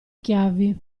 chiavi